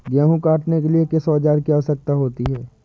गेहूँ काटने के लिए किस औजार की आवश्यकता होती है?